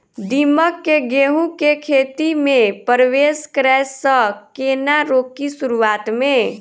दीमक केँ गेंहूँ केँ खेती मे परवेश करै सँ केना रोकि शुरुआत में?